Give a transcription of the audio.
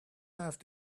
have